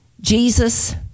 Jesus